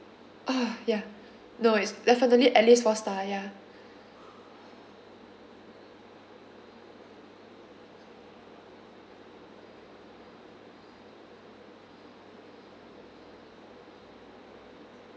uh ya no it's definitely at least four star ya